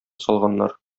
салганнар